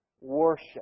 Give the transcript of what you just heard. worship